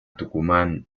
tucumán